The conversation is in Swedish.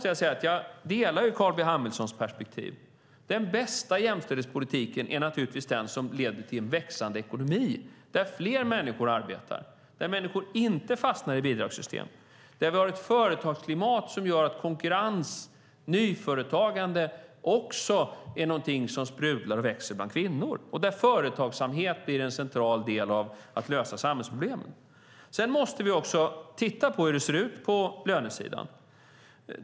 Jag delar Carl B Hamiltons perspektiv här. Den bästa jämställdhetspolitiken är naturligtvis den som leder till en växande ekonomi där fler människor arbetar, där människor inte fastnar i bidragssystem, där vi har ett företagsklimat som gör att konkurrens och nyföretagande också är någonting som sprudlar och växer bland kvinnor och där företagsamhet blir en central del av att lösa samhällsproblemen. Sedan måste vi också titta på hur det ser ut på lönesidan.